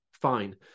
fine